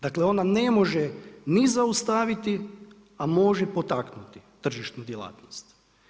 Dakle, ona ne može ni zaustaviti, a može potaknuti tržišnu djelatnost.